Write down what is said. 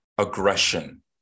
Aggression